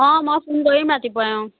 অঁ মই ফোন কৰিম ৰাতিপুৱাই অঁ